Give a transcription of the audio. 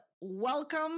Welcome